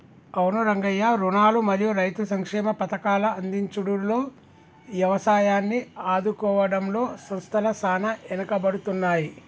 అవును రంగయ్య రుణాలు మరియు రైతు సంక్షేమ పథకాల అందించుడులో యవసాయాన్ని ఆదుకోవడంలో సంస్థల సాన ఎనుకబడుతున్నాయి